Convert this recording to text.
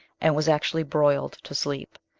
and was actually broiled to sleep.